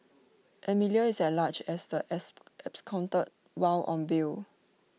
Amelia is at large as the as absconded while on bail